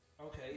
Okay